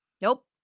nope